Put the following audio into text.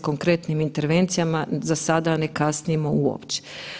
S konkretnim intervencijama, za sada ne kasnimo uopće.